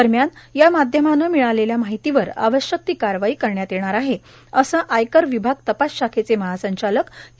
दरम्यान या माध्यमानं मिळालेल्या माहितीवर आवश्यक ती कारवाई करण्यात येणार आहे असं आयकर विभाग तपास शाखेचे महासंचालक के